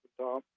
Tom